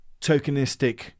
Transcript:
tokenistic